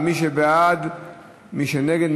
מי נגד?